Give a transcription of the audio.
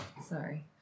Sorry